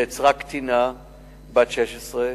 נעצרה קטינה בת 16,